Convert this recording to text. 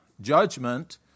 judgment